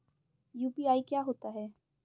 UPI क्या होता है?